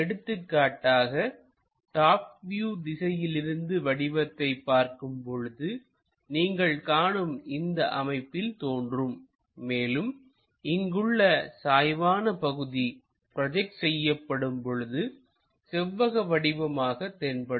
எடுத்துக்காட்டாக top view திசையிலிருந்து வடிவத்தை பார்க்கும்போதுநீங்கள் காணும் இந்த அமைப்பில் தோன்றும் மேலும் இங்குள்ள சாய்வான பகுதி ப்ரோஜெக்ட் செய்யப்படும் பொழுது செவ்வக வடிவமாக தென்படும்